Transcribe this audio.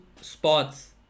spots